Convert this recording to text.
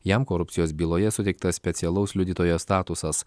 jam korupcijos byloje suteiktas specialaus liudytojo statusas